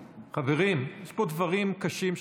חברים, יש פה דברים קשים שנאמרים.